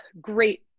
great